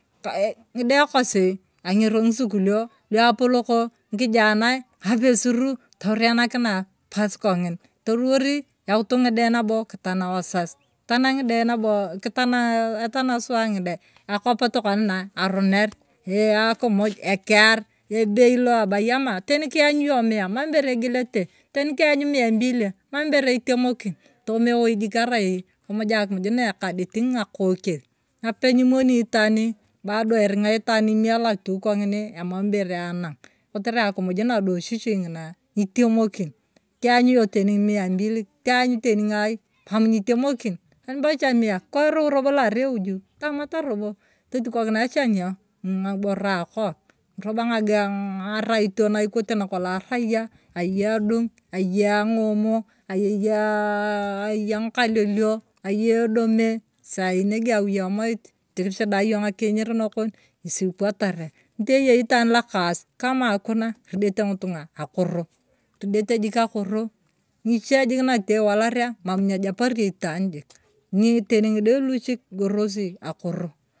Kang'idae kosi ang'ero ng'isukulio luapoloko ng'ikija nae. ng'apesuru tairenakinae pasi kongin, toriwori waitu ng'idae nabo kitana wazasi. kitana ng'idae nabo kitana suwa ng'idae. akwaap tokana aruner. ee akumuj ekeer ebeii lo ebai aama. ten kaung'u iyong' mia mam ibore egelete yaani kianyu mia mbili mam bore itemokin tomeoi araii kimuja akimuj na ekadit ngakookesi nape nimoni itwaaru bado ennga itwaan imelaa tu kong'ini emama ibore anang' kotere akimuj na dochichi ng'inaa nitemokin kiany' iyong' teni mia mbili kiang' teni ng'aimam nitemokin anibocha mia kikooriu robo lo arai euji tomat robo totukokinae cha ng'o ng'iboro aakok mam rob ng'araito ni ikute nakolo a rayia ayei eedung aya eng'omo ayeyae ng'akalalio aya edome saii neke awii emoit mtii kichidaa iyong ng'akiinyir nakom ngesi ipwataria mtii eyei itwaan lokaasi kama hakuna iridiete ng'itungaa akoro irdetee jik akoro ng'iche jik natete iwalaria mam ne yapani itwaan teni ng'idae louchik igorosie akoro.